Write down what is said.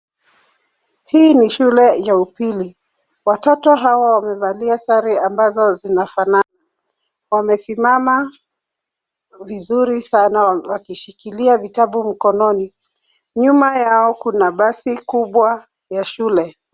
Hii ni shule ya upili. Watoto hawa wamevalia sare ambazo zinafanana. Wamesimama vizuri sana wakishikilia vitabu mkononi. Nyuma yao kuna basi kubwa ya shule.